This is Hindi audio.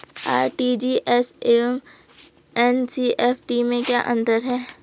आर.टी.जी.एस एवं एन.ई.एफ.टी में क्या अंतर है?